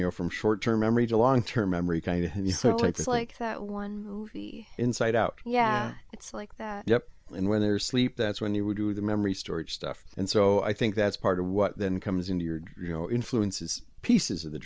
know from short term memory to long term memory kind of so it's like that one inside out yeah it's like that yep and when they're sleep that's when they would do the memory storage stuff and so i think that's part of what then comes into your you know influences pieces of the